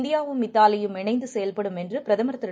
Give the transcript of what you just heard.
இந்தியாவும் இத்தாலியும் இணைந்து செயல்படும் என்று பிரதமர் திரு